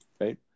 Right